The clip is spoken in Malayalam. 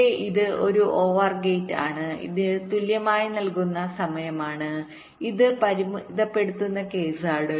ഇവിടെ ഇത് ഒരു OR ഗേറ്റ് ആണ് ഇത് തുല്യമായി നിൽക്കുന്ന സമയമാണ് ഇത് പരിമിതപ്പെടുത്തുന്ന കേസാണ്